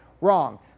Wrong